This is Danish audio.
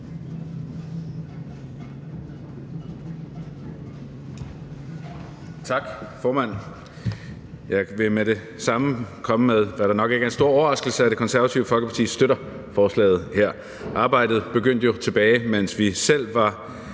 Tak, formand. Jeg vil med det samme komme med, hvad der nok ikke er en stor overraskelse, nemlig at Det Konservative Folkeparti støtter forslaget her. Arbejdet begyndte jo tilbage, mens vi selv var